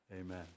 Amen